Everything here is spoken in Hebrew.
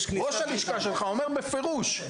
ראש הלשכה שלך אומר בפירוש,